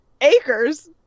Acres